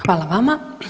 Hvala vama.